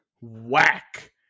whack